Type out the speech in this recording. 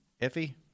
Effie